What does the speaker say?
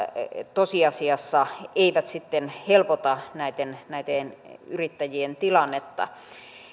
tosiasiassa eivät helpota näitten näitten yrittäjien tilannetta